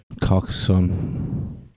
Carcassonne